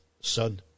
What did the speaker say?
son